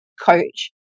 coach